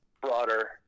broader